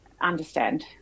understand